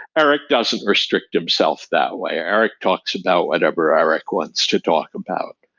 eric doesn't restrict himself that way. eric talks about whatever eric wants to talk about,